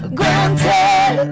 granted